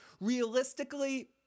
Realistically